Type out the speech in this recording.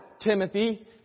Timothy